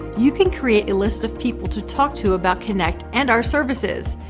you can create a list of people to talk to about kynect and our services.